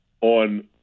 on